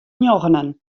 njoggenen